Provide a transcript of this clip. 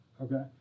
Okay